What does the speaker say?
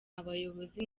abayobozi